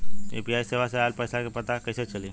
UPI सेवा से ऑयल पैसा क पता कइसे चली?